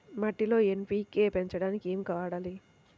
మట్టిలో ఎన్.పీ.కే పెంచడానికి ఏమి వాడాలి?